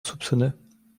soupçonneux